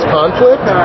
conflict